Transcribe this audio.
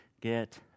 get